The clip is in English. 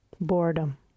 boredom